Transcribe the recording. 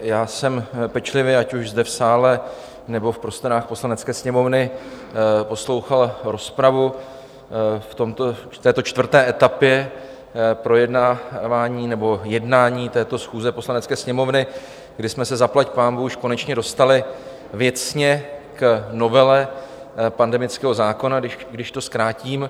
Já jsem pečlivě, ať už zde v sále, nebo v prostorách Poslanecké sněmovny, poslouchal rozpravu v této čtvrté etapě projednávání, nebo jednání této schůze Poslanecké sněmovny, kdy jsme se zaplať pánbůh už konečně dostali věcně k novele pandemického zákona, když to zkrátím.